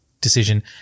decision